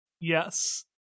yes